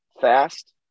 fast